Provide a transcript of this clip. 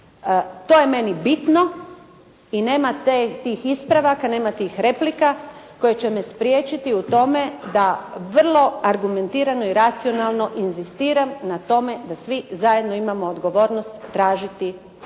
To je meni bitno i nema tih ispravaka, nema tih replika koje će me spriječiti u tome da vrlo argumentirano i racionalno inzistiram na tome da svi zajedno imamo odgovornost tražiti